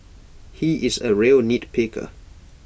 he is A real nitpicker